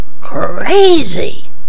crazy